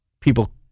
people